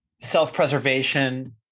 self-preservation